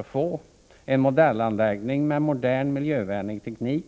En sådan modellanläggning med miljövänlig teknik